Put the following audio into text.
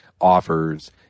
offers